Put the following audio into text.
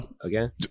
Again